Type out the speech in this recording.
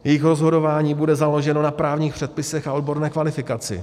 Jejich rozhodování bude založeno na právních předpisech a odborné kvalifikaci.